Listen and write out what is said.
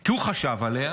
כי הוא חשב עליה,